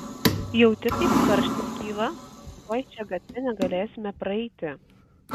jauti kaip karštis kyla tuoj šia gatve negalėsime praeiti